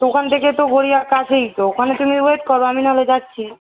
তো ওখান থেকে তো গড়িয়া কাছেই তো ওখানে তুমি ওয়েট করো আমি নাহলে যাচ্ছি